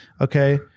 okay